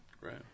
Right